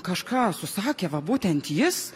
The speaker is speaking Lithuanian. kažką susakė va būtent jis